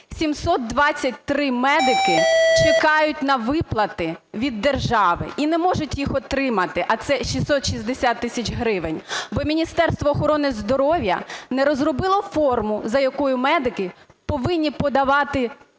723 медики чекають на виплати від держави і не можуть їх отримати, а це 660 тисяч гривень, бо Міністерство охорони здоров'я не розробило форму, за якою медики повинні подавати